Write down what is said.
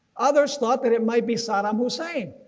others thought that it might be saddam hussein,